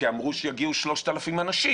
כי אמרו שיגיעו 3,000 אנשים,